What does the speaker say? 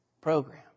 program